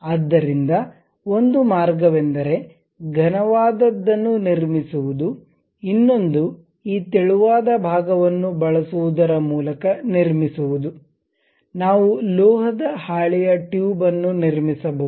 ಆದ್ದರಿಂದ ಒಂದು ಮಾರ್ಗವೆಂದರೆ ಘನವಾದದ್ದನ್ನು ನಿರ್ಮಿಸುವುದು ಇನ್ನೊಂದು ಈ ತೆಳುವಾದ ಭಾಗವನ್ನು ಬಳಸುವುದರ ಮೂಲಕ ನಿರ್ಮಿಸುವುದು ನಾವು ಲೋಹದ ಹಾಳೆಯ ಟ್ಯೂಬ್ ಅನ್ನು ನಿರ್ಮಿಸಬಹುದು